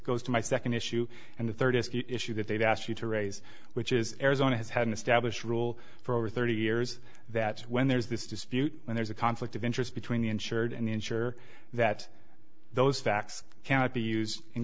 goes to my second issue and the third issue that they've asked you to raise which is arizona has had an established rule for over thirty years that when there is this dispute and there's a conflict of interest between the insured and ensure that those facts cannot be used in